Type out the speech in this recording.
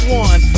one